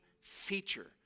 feature